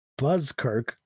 Buzzkirk